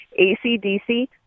ACDC